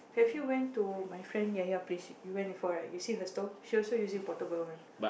have you went to my friend ya ya place you went before right you see her stove she also using portable one